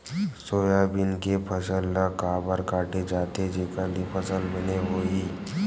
Soybean के फसल ल काबर काटे जाथे जेखर ले फसल बने होही?